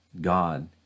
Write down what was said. God